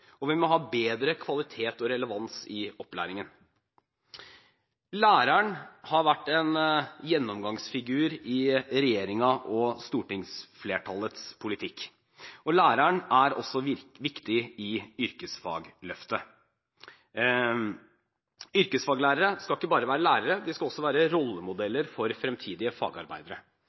og vi må ha bedre kvalitet og relevans i opplæringen. Læreren har vært en gjennomgangsfigur i regjeringens og stortingsflertallets politikk, og læreren er også viktig i Yrkesfagløftet. Yrkesfaglærere skal ikke bare være lærere, de skal også være